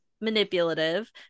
manipulative